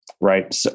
right